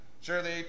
surely